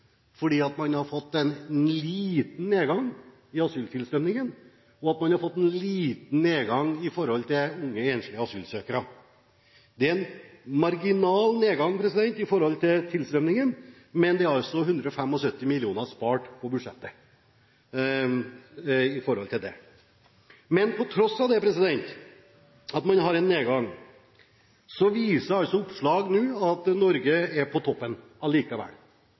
man har fått en liten nedgang i asyltilstrømningen, og man har fått en liten nedgang i unge enslige asylsøkere. Det er en marginal nedgang i forhold til tilstrømningen, men det er altså 175 mill kr spart i budsjettet. På tross av at man har en nedgang, viser oppslag nå at Norge er på toppen – allikevel